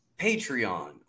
Patreon